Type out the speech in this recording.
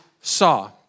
saw